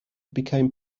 became